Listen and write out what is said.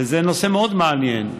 וזה נושא מאוד מעניין.